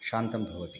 शान्तं भवति